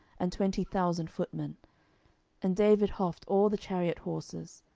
and twenty thousand footmen and david houghed all the chariot horses,